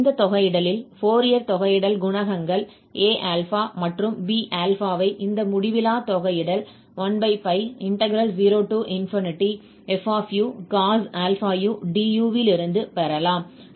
இந்த தொகையிடலில் ஃபோரியர் தொகையிடல் குணகங்கள் Aα மற்றும் Bα ஐ இந்த முடிவிலா தொகையிடல் 10fucos αu du லிருந்து பெறலாம்